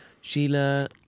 Sheila